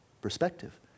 perspective